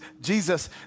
Jesus